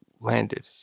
landed